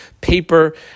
paper